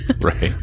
right